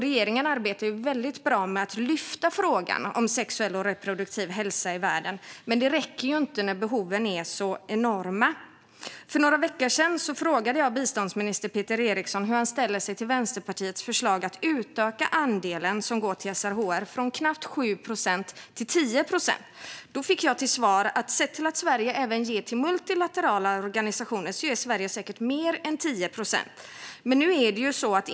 Regeringen arbetar väldigt bra med att lyfta frågan om sexuell och reproduktiv hälsa i världen, men det räcker inte när behoven är så enorma. För några veckor sedan frågade jag biståndsminister Peter Eriksson hur han ställer sig till Vänsterpartiets förslag att utöka andelen som går till SRHR från knappt 7 procent till 10 procent. Jag fick till svar att Sverige, med tanke på att vi även ger till multilaterala organisationer, säkert ger mer än 10 procent.